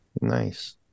Nice